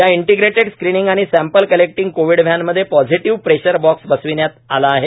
या integrated screening आणि sample collecting covid van मध्ये पॉझिटिव्ह प्रेशर बॉक्स बसविण्यात आला आहे